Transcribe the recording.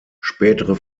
spätere